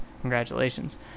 congratulations